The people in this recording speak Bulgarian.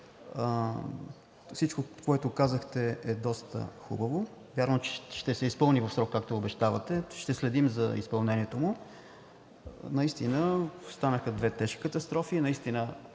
Всичко, което казахте, е доста хубаво, явно, че ще се изпълни в срок, както обещавате. Ще следим за изпълнението му. Наистина станаха две тежки катастрофи,